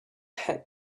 had